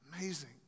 Amazing